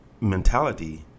mentality